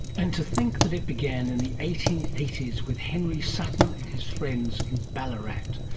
and to think that it began in the eighteen eighty s with henry sutton and his friends in ballarat.